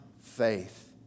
faith